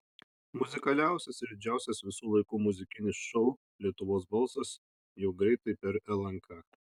muzikaliausias ir didžiausias visų laikų muzikinis šou lietuvos balsas jau greitai per lnk